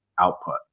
output